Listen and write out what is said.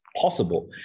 possible